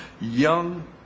Young